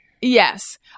Yes